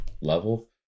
level